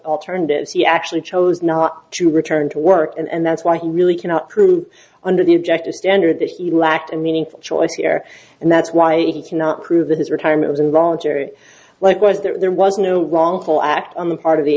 alternatives he actually chose not to return to work and that's why he really cannot prove under the objective standard that he lacked and meaningful choice here and that's why he cannot prove that his retirement was involuntary likewise there was no wrongful act on the part of the